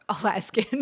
Alaskan